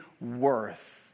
worth